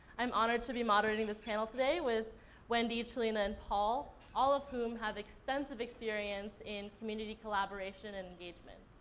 i'm honored to be moderating this panel today with wendy, chelina and paul, all of whom have extensive experience in community collaboration and engagement.